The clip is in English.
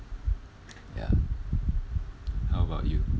ya how about you